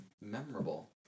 Memorable